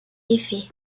effet